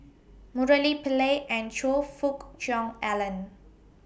Murali Pillai and Choe Fook Cheong Alan